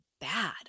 bad